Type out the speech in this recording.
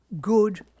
good